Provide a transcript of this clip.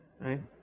Right